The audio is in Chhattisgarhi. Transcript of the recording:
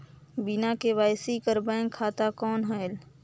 बिना के.वाई.सी कर बैंक खाता कौन होएल?